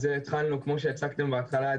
אז התחלנו כמו שהצגתם בהתחלה,